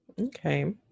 Okay